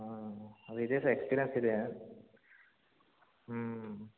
ಹ್ಞೂ ಅದು ಇದೆ ಸರ್ ಎಕ್ಸ್ಪೀರಿಯೆನ್ಸ್ ಇದೆ ಹ್ಞೂ